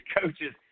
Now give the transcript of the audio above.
coaches –